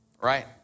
right